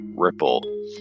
Ripple